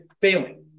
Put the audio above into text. failing